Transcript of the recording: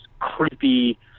creepy